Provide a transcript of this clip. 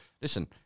listen